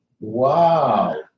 Wow